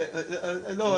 לא,